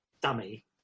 dummy